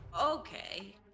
Okay